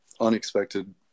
unexpected